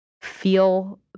feel